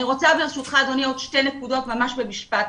אני רוצה ברשותך אדוני עוד שתי נקודות ממש במשפט.